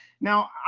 Now